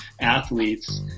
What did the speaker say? athletes